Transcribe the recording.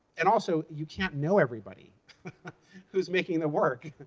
and also, you can't know everybody who's making the work.